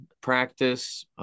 practice